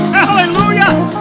hallelujah